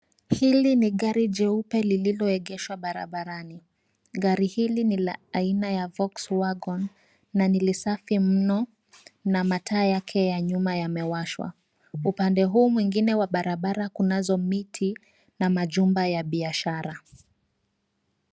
Hili ni gari jeupe lililoegeshwa barabarani. Gari hili ni la aina ya volkswagen na li safi mno na mataa yake ya nyuma yamewashwa. Upande huu mwingine wa barabara kunazo miti na majumba ya biashara.